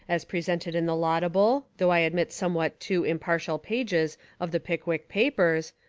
as presented in the laudable, though i admit somewhat too impartial pages of the pickwick papers,